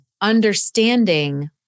understanding